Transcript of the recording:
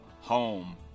home